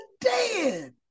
dead